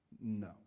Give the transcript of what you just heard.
No